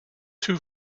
too